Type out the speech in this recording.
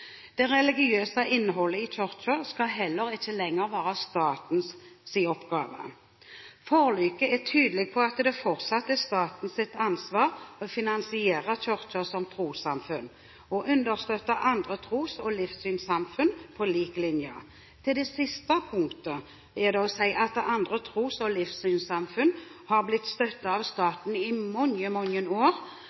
Det religiøse innholdet i Kirken skal heller ikke lenger være statens oppgave. Forliket er tydelig på at det fortsatt er statens ansvar å finansiere Kirken som trossamfunn og understøtte andre tros- og livssynssamfunn på lik linje. Til det siste punktet er det det å si at andre tros- og livssynssamfunn har blitt støttet av staten i mange, mange år.